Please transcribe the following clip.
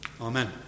Amen